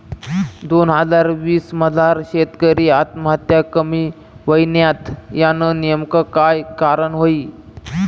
दोन हजार वीस मजार शेतकरी आत्महत्या कमी व्हयन्यात, यानं नेमकं काय कारण व्हयी?